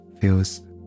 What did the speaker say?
feels